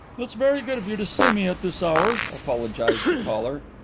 it's very good of you to see me at this hour, apologized the caller.